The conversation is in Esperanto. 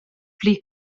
pli